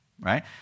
right